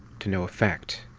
to no effect.